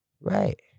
Right